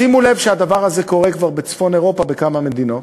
שימו לב שהדבר הזה קורה כבר בצפון אירופה בכמה מדינות.